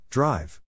Drive